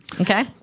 okay